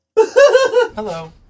hello